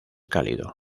cálido